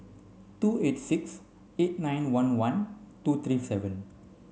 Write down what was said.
two eight six eight nine one one two three seven